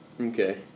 Okay